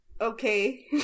okay